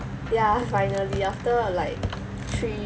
ya finally after like three